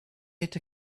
yet